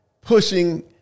pushing